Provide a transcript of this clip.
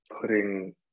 putting